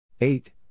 eight